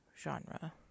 genre